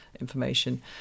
information